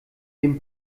den